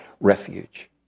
refuge